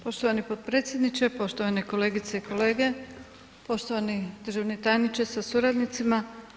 Poštovani potpredsjedniče, poštovane kolegice i kolege, poštovani državni tajniče sa suradnicima.